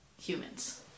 humans